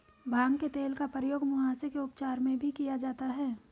भांग के तेल का प्रयोग मुहासे के उपचार में भी किया जाता है